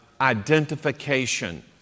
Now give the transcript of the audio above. identification